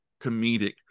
comedic